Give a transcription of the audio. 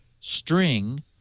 string